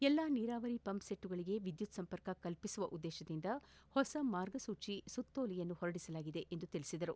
ಎಲ್ಲಾ ನೀರಾವರಿ ಪಂಪ್ಸೆಚ್ಗಳಿಗೆ ವಿದ್ಯುತ್ ಸಂಪರ್ಕ ಕಲ್ಪಿಸುವ ಉದ್ದೇಶದಿಂದ ಹೊಸ ಮಾರ್ಗಸೂಚಿ ಸುತ್ತೋಲೆ ಹೊರಡಿಸಲಾಗಿದೆ ಎಂದರು